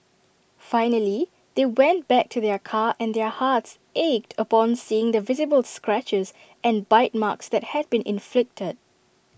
finally they went back to their car and their hearts ached upon seeing the visible scratches and bite marks that had been inflicted